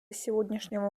сегодняшнего